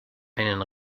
einen